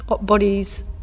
bodies